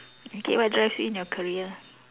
okay what drives in your career